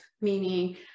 meaning